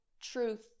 truth